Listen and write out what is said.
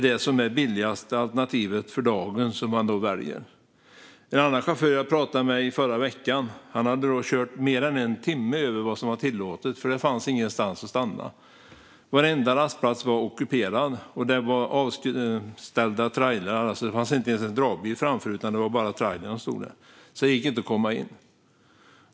Det som är det billigaste alternativet för dagen blir det som man väljer." En annan chaufför som jag pratade med i förra veckan hade kört i över en timme mer än vad som var tillåtet därför att det inte fanns någonstans att stanna. Varenda rastplats var ockuperad av avställda trailrar som inte ens hade någon dragbil framför. Det var bara trailrarna som stod där, och det gick inte att komma in.